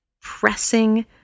pressing